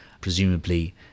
presumably